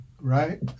Right